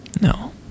No